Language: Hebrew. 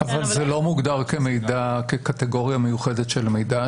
אבל זה לא מוגדר כקטגוריה מיוחדת של המידע,